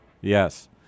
Yes